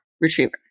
retriever